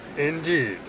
Indeed